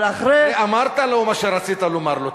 אבל אחרי, אמרת לו מה שרצית לומר לו.